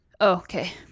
okay